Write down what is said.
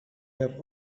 have